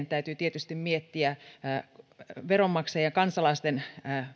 täytyy tietysti miettiä veronmaksajien kansalaisten